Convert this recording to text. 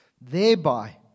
thereby